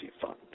fund